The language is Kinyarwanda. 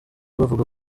bavuga